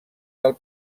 del